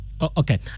Okay